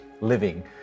living